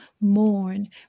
mourn